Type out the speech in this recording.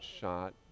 shot